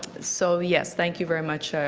so, yes, thank you very much,